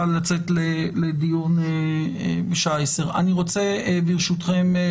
לצאת לדיון בשעה 10:00. אני רוצה לא